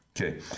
Okay